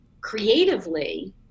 creatively